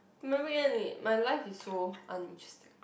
my weekend is my life is so uninteresting